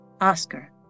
Oscar